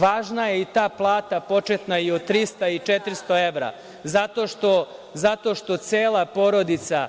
Važna je i ta plata početna i od 300 i 400 evra zato što cela porodica